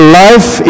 life